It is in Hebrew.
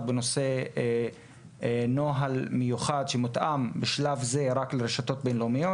בנושא נוהל מיוחד שמותאם בשלב זה רק לרשתות בין-לאומיות